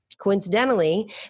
Coincidentally